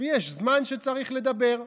ויש זמן שצריך לדבר.